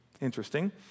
Interesting